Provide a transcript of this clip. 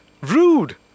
rude